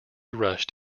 rushed